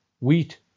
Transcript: Wheat